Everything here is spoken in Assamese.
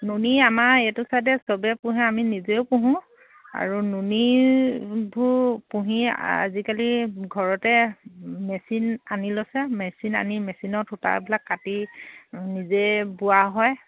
নুনি আমাৰ এইটো চাইডে চবেই পোহে আমি নিজেও পোহোঁ আৰু নুনিবোৰ পুহি আজিকালি ঘৰতে মেচিন আনি লৈছে মেচিন আনি মেচিনত সূতাবিলাক কাটি নিজে বোৱা হয়